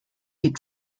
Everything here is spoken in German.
die